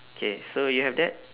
okay so you have that